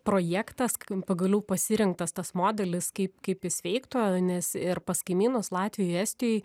projektas k pagaliau pasirinktas tas modelis kaip kaip jis veiktų nes ir pas kaimynus latvijoj estijoj